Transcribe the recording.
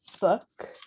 book